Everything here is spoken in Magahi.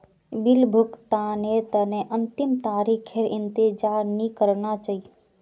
बिल भुगतानेर तने अंतिम तारीखेर इंतजार नइ करना चाहिए